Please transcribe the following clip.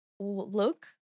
look